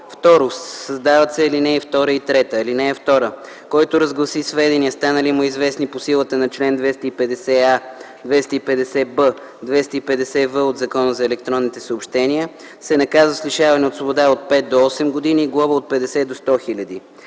1. 2. Създават се ал. 2 и 3: „(2) Който разгласи сведения, станали му известни по силата на чл. 250а, 250б, 250в от Закона за електронните съобщения, се наказва с лишаване от свобода от 5 до 8 години и глоба от 50 хил. до 100 хил.